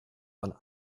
von